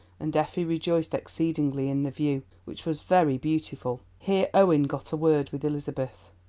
and effie rejoiced exceedingly in the view, which was very beautiful. here owen got a word with elizabeth.